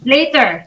Later